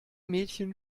mädchen